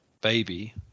baby